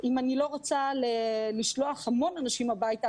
אם אני לא רוצה לשלוח המון אנשים הביתה,